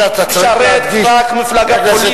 שמשרת רק מפלגה פוליטית.